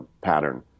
pattern